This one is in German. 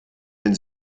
wenn